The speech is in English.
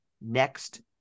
next